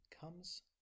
comes